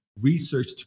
research